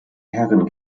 herren